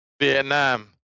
Vietnam